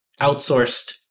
outsourced